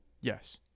Yes